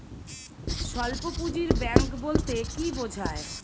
স্বল্প পুঁজির ব্যাঙ্ক বলতে কি বোঝায়?